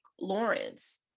Lawrence